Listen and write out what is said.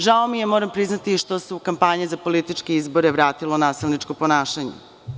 Žao mi je, moram priznati, i što se ukampanje za političke izbore vratilo nasilničko ponašanje.